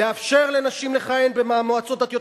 לאפשר לנשים לכהן במועצות דתיות.